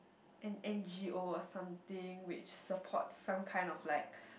an N_G_O or something which supports some kind of like